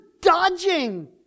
dodging